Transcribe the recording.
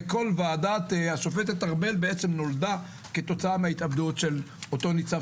וכל ועדת השופטת ארבל נולדה כתוצאה מהתאבדותו של אותו ניצב,